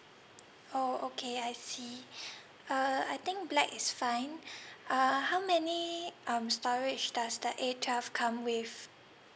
oh okay I see uh I think black is fine uh how many um storage does the A twelve come with